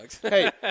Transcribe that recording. Hey